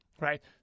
Right